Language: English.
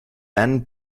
ben